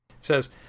says